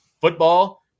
football